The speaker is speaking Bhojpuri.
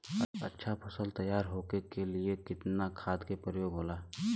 अच्छा फसल तैयार होके के लिए कितना खाद के प्रयोग होला?